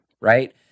right